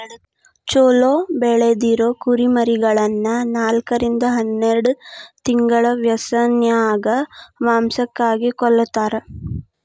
ಚೊಲೋ ಬೆಳದಿರೊ ಕುರಿಮರಿಗಳನ್ನ ನಾಲ್ಕರಿಂದ ಹನ್ನೆರಡ್ ತಿಂಗಳ ವ್ಯಸನ್ಯಾಗ ಮಾಂಸಕ್ಕಾಗಿ ಕೊಲ್ಲತಾರ